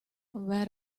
where